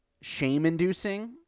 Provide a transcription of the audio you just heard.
shame-inducing